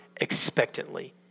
expectantly